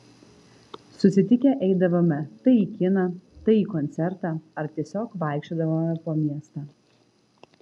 susitikę eidavome tai į kiną tai į koncertą ar tiesiog vaikščiodavome po miestą